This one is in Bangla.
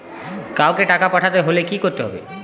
কাওকে টাকা পাঠাতে হলে কি করতে হবে?